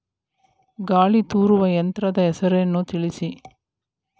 ಗಾಳಿ ತೂರುವ ಯಂತ್ರದ ಹೆಸರನ್ನು ತಿಳಿಸಿ?